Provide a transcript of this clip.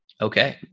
Okay